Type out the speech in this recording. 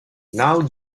now